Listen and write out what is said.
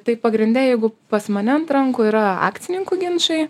tai pagrinde jeigu pas mane ant rankų yra akcininkų ginčai